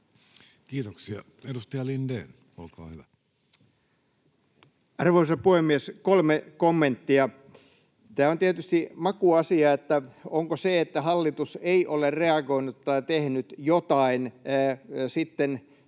muuttamisesta Time: 19:05 Content: Arvoisa puhemies! Kolme kommenttia. Tämä on tietysti makuasia, onko se, että hallitus ei ole reagoinut tai tehnyt jotain, sitten edellisen